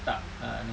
tak uh no